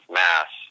mass